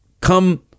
come